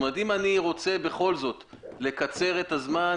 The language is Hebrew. זאת אומרת אם אני רוצה בכל זאת לקצר את הזמן,